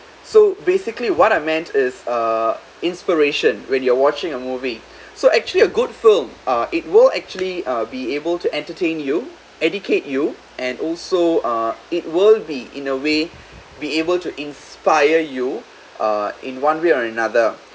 so basically what I meant is uh inspiration when you're watching a movie so actually a good film uh it will actually uh be able to entertain you educate you and also uh it will be in a way be able to inspire you uh in one way or another